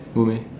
no meh